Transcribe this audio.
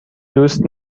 دوست